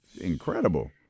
incredible